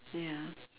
ya